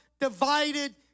divided